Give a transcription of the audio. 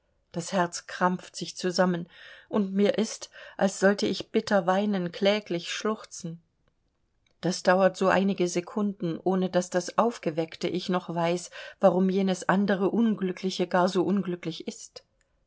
das herz krampft sich zusammen und mir ist als sollte ich bitter weinen kläglich schluchzen das dauert so einige sekunden ohne daß das aufgeweckte ich noch weiß warum jenes andere unglückliche gar so unglücklich ist